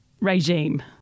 regime